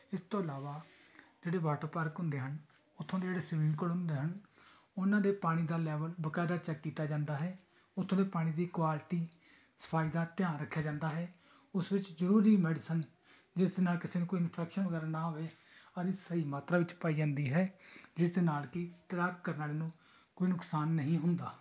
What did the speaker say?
ਇਸ ਤੋਂ ਇਲਾਵਾ ਜਿਹੜੇ ਵਾਟਰ ਪਾਰਕ ਹੁੰਦੇ ਹਨ ਉਥੋਂ ਦੇ ਜਿਹੜੇ ਸਵੀਮਿੰਗ ਪੂਲ ਹੁੰਦੇ ਹਨ ਉਹਨਾਂ ਦੇ ਪਾਣੀ ਦਾ ਲੈਵਲ ਬਕਾਇਦਾ ਚੈੱਕ ਕੀਤਾ ਜਾਂਦਾ ਹੈ ਉੱਥੋਂ ਦੇ ਪਾਣੀ ਦੀ ਕੁਆਲਿਟੀ ਸਫਾਈ ਦਾ ਧਿਆਨ ਰੱਖਿਆ ਜਾਂਦਾ ਹੈ ਉਸ ਵਿੱਚ ਜ਼ਰੂਰੀ ਮੈਡੀਸਨ ਜਿਸ ਦੇ ਨਾਲ ਕਿਸੇ ਨੂੰ ਕੋਈ ਇਨਫੈਕਸ਼ਨ ਵਗੈਰਾ ਨਾ ਹੋਵੇ ਔਰ ਸਹੀ ਮਾਤਰਾ ਵਿੱਚ ਪਾਈ ਜਾਂਦੀ ਹੈ ਜਿਸ ਦੇ ਨਾਲ ਕਿ ਤੈਰਾਕ ਕਰਨ ਵਾਲੇ ਨੂੰ ਕੋਈ ਨੁਕਸਾਨ ਨਹੀਂ ਹੁੰਦਾ